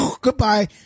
Goodbye